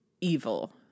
evil